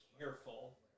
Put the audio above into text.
careful